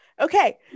okay